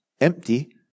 empty